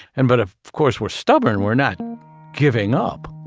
and but ah of course we're stubborn, we're not giving up.